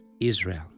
Israel